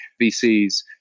VCs